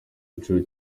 giciro